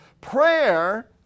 Prayer